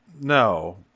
no